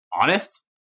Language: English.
honest